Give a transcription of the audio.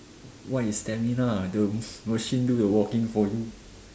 what is stamina the machine do the walking for you